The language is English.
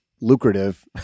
lucrative